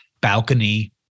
balcony